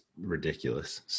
ridiculous